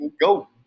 go